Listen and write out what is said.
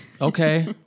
okay